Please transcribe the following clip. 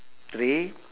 three